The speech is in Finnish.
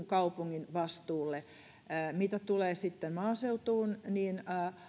kaupungin vastuulle mitä tulee sitten maaseutuun niin